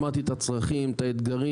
שמעתי את הצרכים, את האתגרים,